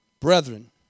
Brethren